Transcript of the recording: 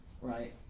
right